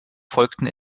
folgten